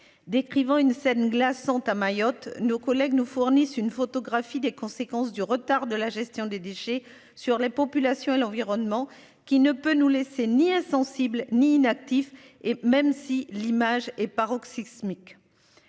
décrivant une scène glaçante à Mayotte nos collègues nous fournissent une photographie des conséquences du retard de la gestion des déchets sur les populations et l'environnement qui ne peut nous laisser ni insensible ni inactifs et même si l'image est pas rock sismique.